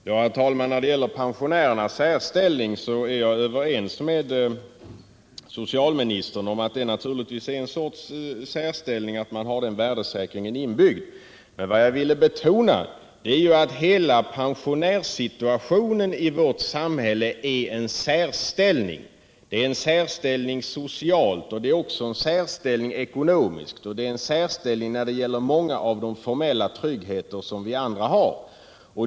Herr talman! När det gäller pensionärernas särställning är jag överens med socialministern om att det naturligtvis är en sorts särställning att man har denna inbyggd. Vad jag ville betona är att hela pensionärssituationen i vårt samhälle är en särställning. Det är en särställning socialt, och det är också en särställning ekonomiskt. Det är en särställning när det gäller många av de formella trygghetsbegrepp som vi andra har.